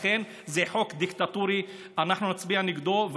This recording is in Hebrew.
לכן, זה חוק דיקטטורי, ואנחנו נצביע נגדו.